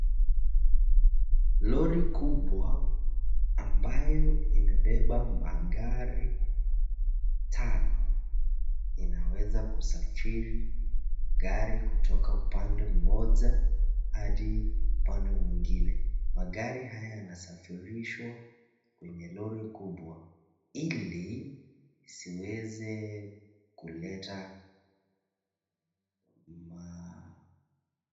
Lori kubwa ambayo imebeba magari tano inaweza kusafiri gari kutoka upande mmoja hadi upande mwingine. Magari haya yanasafirishwa kwenye lori kubwa ili isiweze kuleta ma...